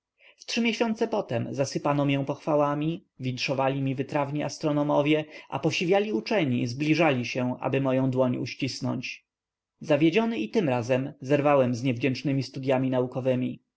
trzy miesiące potem zasypano mię pochwałami winszowali mi wytrawni astronomowie a posiwiali uczeni zbliżali się aby moją dłoń uścisnąć zawiedziony i tym razem zerwałem z niewdzięcznemi studyami naukowemi